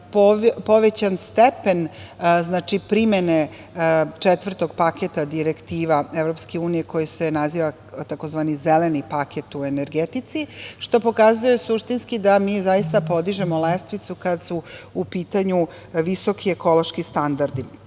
povećan stepen primene četvrtog paketa direktiva EU, koji se naziva tzv. zeleni paket u energetici, što pokazuje suštinski da mi zaista podižemo lestvicu kada su u pitanju visoki ekološki standardi.